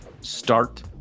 start